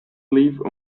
leave